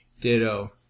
Ditto